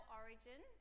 origin